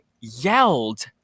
yelled